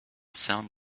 sound